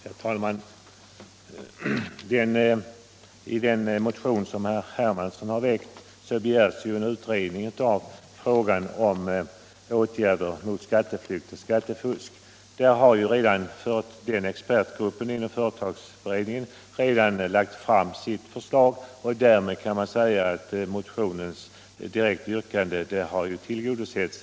Herr talman! I den motion herr Hermansson väckt begärs en utredning företagsskatteberedningen har emellertid framlagt sitt förslag, och därför kan man säga att motionens direkta yrkande redan har tillgodosetts.